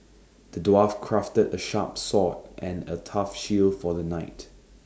the dwarf crafted A sharp sword and A tough shield for the knight